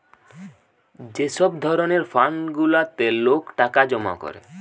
যে সব ধরণের ফান্ড গুলাতে লোক টাকা জমা করে